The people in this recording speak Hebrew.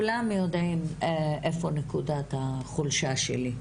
כולם יודעים איפה נקודת החולשה שלי.